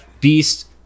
Beast